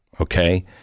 Okay